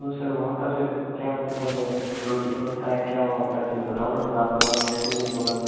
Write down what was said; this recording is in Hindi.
तो सर वहाँ का सर क्या मतलब रूटीन होता है क्या वा होता है सर बताओ न थोड़ा आपके पास एक्सपीरिएन्स होगा